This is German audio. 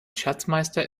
schatzmeister